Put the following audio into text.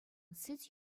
сӗт